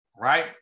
right